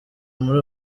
muri